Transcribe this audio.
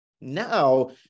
Now